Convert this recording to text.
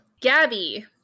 Gabby